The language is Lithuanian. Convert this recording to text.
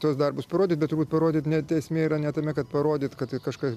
tuos darbus parodyt bet turbūt parodyt net esmė yra ne tame kad parodyt kad tai kažkas